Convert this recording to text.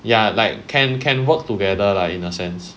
ya like can can work together lah in a sense